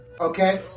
okay